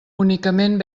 únicament